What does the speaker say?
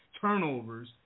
Turnovers